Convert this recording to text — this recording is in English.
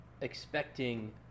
expecting